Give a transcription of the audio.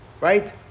Right